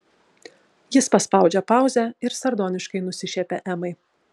jis paspaudžia pauzę ir sardoniškai nusišiepia emai